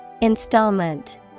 Installment